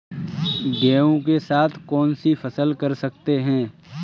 गेहूँ के साथ कौनसी फसल कर सकते हैं?